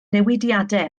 newidiadau